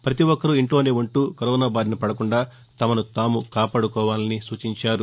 ప్రతి ఒక్కరూ ఇంట్లోనే ఉంటూ కరోనా బారిన పడకుండా తమసు తాము కాపాడుకోవాలని సూచించారు